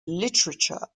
literature